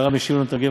והרב משיב למתרגם,